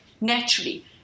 naturally